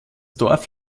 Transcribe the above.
dorf